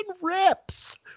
rips